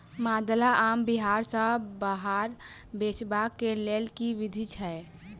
माल्दह आम बिहार सऽ बाहर बेचबाक केँ लेल केँ विधि छैय?